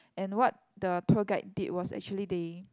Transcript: and what the tour guide did was actually they